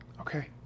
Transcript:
Okay